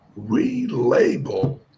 relabel